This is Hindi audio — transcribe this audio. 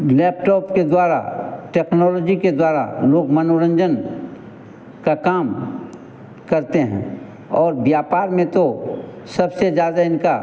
लैपटॉप के द्वारा टेक्नोलॉजी के द्वारा लोग मनोरंजन का काम करते हैं और व्यापार में तो सबसे ज़्यादा इनका